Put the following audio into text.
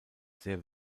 sehr